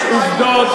יש עובדות.